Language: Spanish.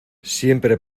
siempre